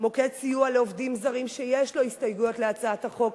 "מוקד סיוע לעובדים זרים" שיש לו הסתייגויות להצעת החוק,